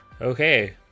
Okay